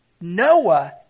Noah